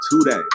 today